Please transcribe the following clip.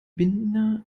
binder